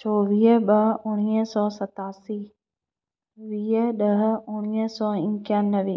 चौवीह ॿ उणिवीह सौ सतासी वीह ॾह उणिवीह सौ इकानवे